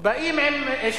עם רצון.